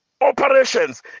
operations